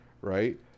right